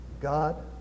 God